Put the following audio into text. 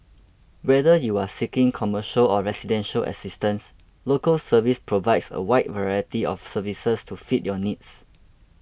whether you are seeking commercial or residential assistance Local Service provides a wide variety of services to fit your needs